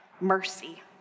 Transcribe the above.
Mercy